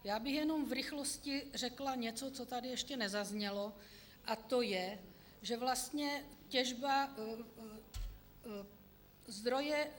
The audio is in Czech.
Já bych jenom v rychlosti řekla něco, co tady ještě nezaznělo, a to je, že vlastně těžba zdroje...